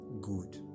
good